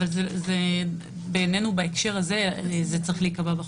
אבל בעינינו בהקשר הזה זה צריך להיקבע בחוק.